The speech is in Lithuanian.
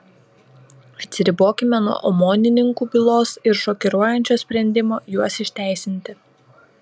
atsiribokime nuo omonininkų bylos ir šokiruojančio sprendimo juos išteisinti